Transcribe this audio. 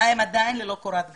הם עדיין ללא קורת גג.